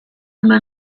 nel